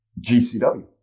GCW